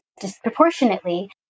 disproportionately